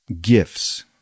gifts